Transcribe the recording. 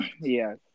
yes